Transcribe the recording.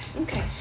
Okay